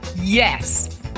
yes